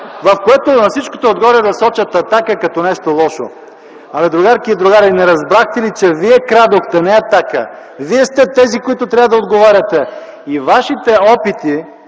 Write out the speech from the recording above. в което на всичкото отгоре да сочат „Атака” като нещо лошо. А бе, другарки и другари, не разбрахте ли, че вие крадохте, не „Атака”? Вие сте тези, които трябва да отговаряте. И вашите опити